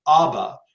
Abba